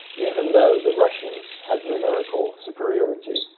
even though the russians had numerical superiority.